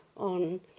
on